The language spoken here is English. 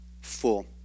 full